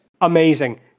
amazing